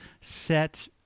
set